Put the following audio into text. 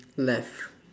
left